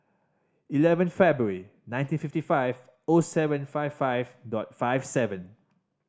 eleven February nineteen fifty five O seven five five dot five seven